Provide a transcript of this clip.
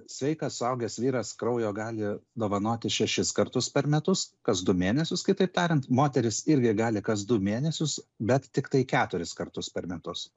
sveikas suaugęs vyras kraujo gali dovanoti šešis kartus per metus kas du mėnesius kitaip tariant moteris irgi gali kas du mėnesius bet tiktai keturis kartus per metus